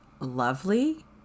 lovely